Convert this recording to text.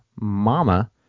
mama